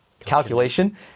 calculation